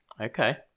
Okay